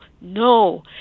no